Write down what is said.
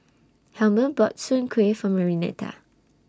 Helmer bought Soon Kueh For Marianita